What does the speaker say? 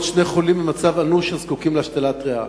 ועוד שני חולים במצב אנוש זקוקים להשתלת ריאה.